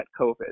COVID